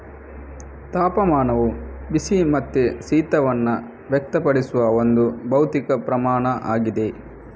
ತಾಪಮಾನವು ಬಿಸಿ ಮತ್ತೆ ಶೀತವನ್ನ ವ್ಯಕ್ತಪಡಿಸುವ ಒಂದು ಭೌತಿಕ ಪ್ರಮಾಣ ಆಗಿದೆ